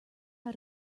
how